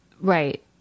Right